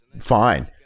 fine